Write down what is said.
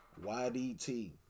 YDT